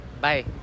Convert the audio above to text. Bye